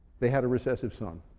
they had a recessive son.